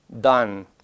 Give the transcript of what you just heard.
done